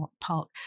park